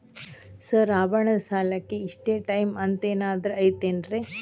Sir ಆಭರಣದ ಸಾಲಕ್ಕೆ ಇಷ್ಟೇ ಟೈಮ್ ಅಂತೆನಾದ್ರಿ ಐತೇನ್ರೇ?